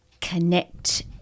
connect